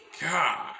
God